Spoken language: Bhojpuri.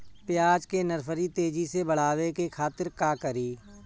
प्याज के नर्सरी तेजी से बढ़ावे के खातिर का करी?